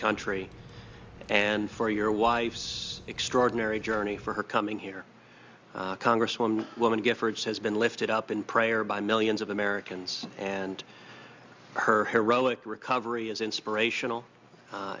country and for your wife's extraordinary journey for her coming here congresswoman woman giffords has been lifted up in prayer by millions of americans and her heroic recovery is inspirational